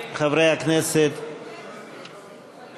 מרצ, קבוצת סיעת